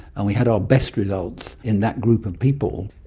and we had our best results in that group of people.